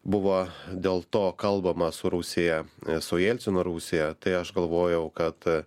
buvo dėl to kalbama su rusija su jelcino rusija tai aš galvojau kad